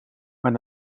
maar